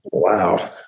Wow